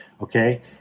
okay